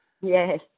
Yes